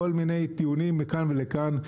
כל מיני טיעונים מכאן ומכאן.